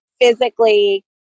physically